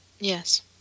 Yes